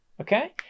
Okay